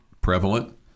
prevalent